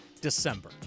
December